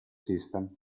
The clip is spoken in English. system